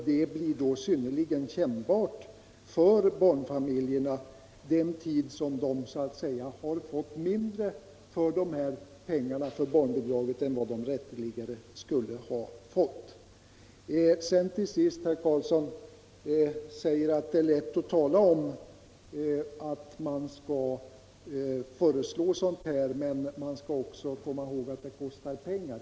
Den tid som barnfamiljerna får mindre pengar i barnbidrag än vad de rätteligen skulle ha fått blir då synnerligen kännbar för dem. Herr Karlsson i Huskvarna sade att det är lätt att komma med sådana här förslag men att de också kostar pengar.